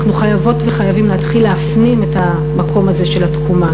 אנחנו חייבות וחייבים להתחיל להפנים את המקום הזה של התקומה,